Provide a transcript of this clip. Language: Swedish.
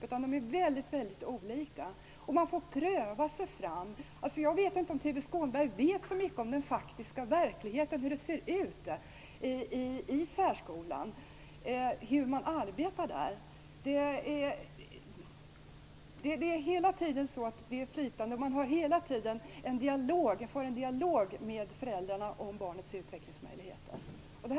I stället är de väldigt olika. Man får pröva sig fram. Vet inte Tuve Skånberg så mycket om verkligheten - hur det faktiskt ser ut i särskolan och hur man arbetar där? Hela tiden är gränserna flytande. Man har hela tiden en dialog med föräldrarna om barnets utvecklingsmöjligheter.